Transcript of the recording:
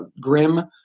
grim